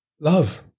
Love